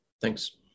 Thanks